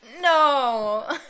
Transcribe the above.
No